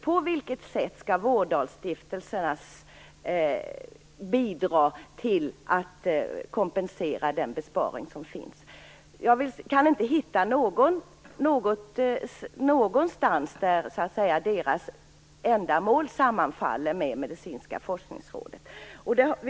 På vilket sätt skall dessa bidra till att kompensera besparingen? Jag kan inte hitta någon punkt där deras ändamål sammanfaller med Medicinska forskningsrådets.